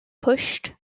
pushed